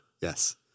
Yes